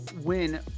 win